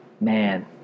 Man